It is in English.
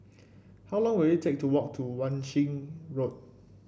how long will it take to walk to Wan Shih Road